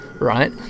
Right